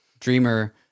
Dreamer